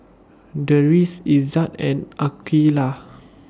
Deris Izzat and Aqeelah